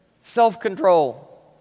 self-control